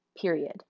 period